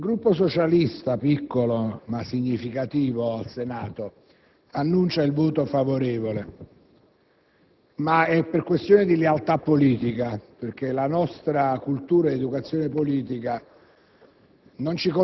il Gruppo Socialista, piccolo ma significativo al Senato, annuncia il voto favorevole, ma per una questione di lealtà politica, perché la nostra cultura ed educazione civica